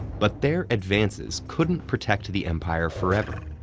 but their advances couldn't protect the empire forever.